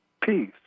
peace